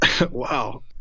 Wow